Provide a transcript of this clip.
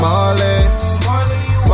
Marley